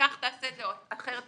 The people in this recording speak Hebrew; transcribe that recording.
שכך תעשה ואחרת תעשה.